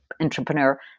entrepreneur